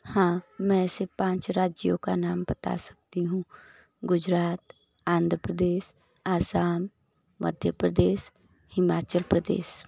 हाँ मैं ऐसे पाँच राज्यों का नाम बता सकती हूँ गुजरात आंध्र प्रदेश असम मध्य प्रदेश हिमाचल प्रदेश